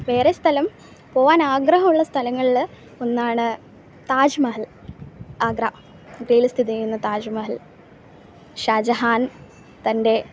വേറെ സ്ഥലം പോവാനാഗ്രഹമുള്ള സ്ഥലങ്ങളിൽ ഒന്നാണ് താജ്മഹൽ ആഗ്ര ഇന്ത്യയിൽ സ്ഥിതിചെയ്യുന്ന താജ്മഹൽ ഷാജഹാൻ തൻ്റെ